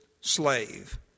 slave